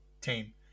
team